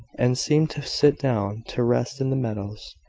and seemed to sit down to rest in the meadows,